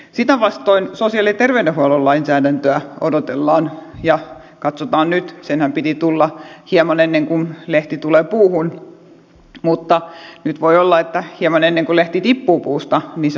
sitä vastoin sosiaali ja terveydenhuollon lainsäädäntöä odotellaan ja katsotaan nyt senhän piti tulla hieman ennen kuin lehti tulee puuhun mutta nyt voi olla että hieman ennen kuin lehti tippuu puusta se on ehkä täällä